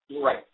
right